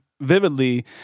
Vividly